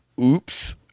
Oops